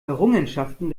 errungenschaften